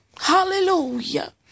hallelujah